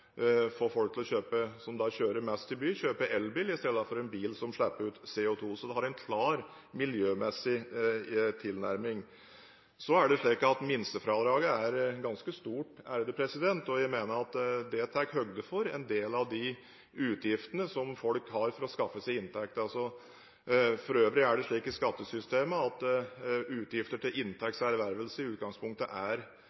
folk som kjører mest i by, til å kjøpe elbil i stedet for en bil som slipper ut CO2. Så det har en klar miljømessig tilnærming. Så er det slik at minstefradraget er ganske stort. Jeg mener at det tar høyde for en del av de utgiftene som folk har for å skaffe seg inntekt. For øvrig er det slik i skattesystemet at utgifter til